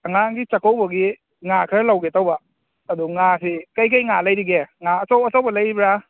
ꯑꯉꯥꯡꯒꯤ ꯆꯥꯛꯀꯧꯕꯒꯤ ꯉꯥ ꯈꯔ ꯂꯧꯒꯦ ꯇꯧꯕ ꯑꯗꯨ ꯉꯥꯁꯤ ꯀꯔꯤ ꯀꯔꯤ ꯉꯥ ꯂꯩꯔꯤꯒꯦ ꯉꯥ ꯑꯆꯧ ꯑꯆꯧꯕ ꯂꯩꯔꯤꯕ꯭ꯔꯥ